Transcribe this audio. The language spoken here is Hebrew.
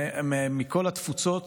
מכל התפוצות.